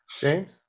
James